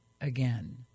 Again